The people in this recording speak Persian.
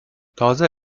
تازه